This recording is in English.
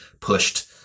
pushed